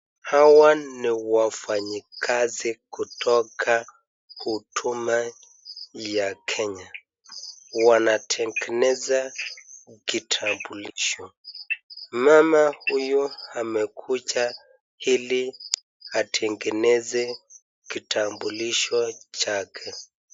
Hawa ni wafanyikazi kutoka Huduma ya Kenya. Wanatengeneza kitambulisho. Mama huyu amekuja ili atengeneze kitambulisho chake.